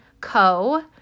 Co